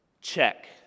Check